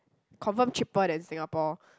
confirm cheaper than Singapore